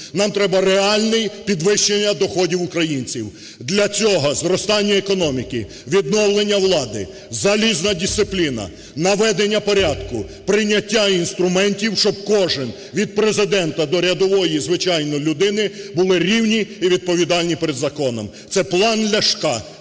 нам треба реальне підвищення доходів українців. Для цього – зростання економіки, відновлення влади, залізна дисципліна, наведення порядку, прийняття інструментів, щоб кожен від Президента до рядової звичайної людини були рівні і відповідальні перед законом. Це план Ляшка